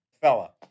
fella